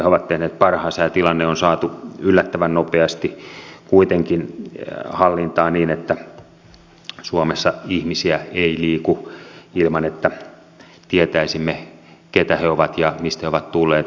he ovat tehneet parhaansa ja tilanne on saatu yllättävän nopeasti kuitenkin hallintaan niin että suomessa ihmisiä ei liiku ilman että tietäisimme keitä he ovat ja mistä he ovat tulleet